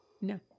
No